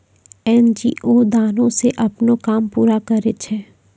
NGO दानो से अपनो काम पूरा करै छै